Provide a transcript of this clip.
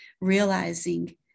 realizing